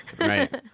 right